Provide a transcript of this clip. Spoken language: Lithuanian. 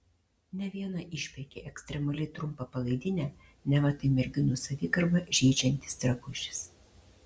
ne viena išpeikė ekstremaliai trumpą palaidinę neva tai merginų savigarbą žeidžiantis drabužis